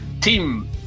team